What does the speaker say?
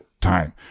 time